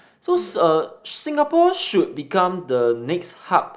so uh Singapore should become the next hub